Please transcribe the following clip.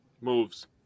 Moves